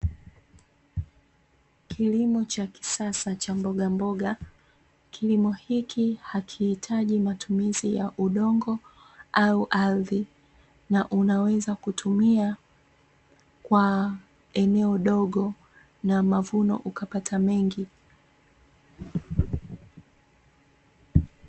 kilimo cha kisasa cha mbogamboga, Kilimo hiki hakiitaji matumizi ya udongo au ardhi na unaweza kutumia kwa eneo dogo na mavuno ukapata mengi.